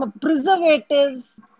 preservatives